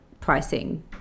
pricing